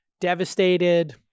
devastated